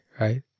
right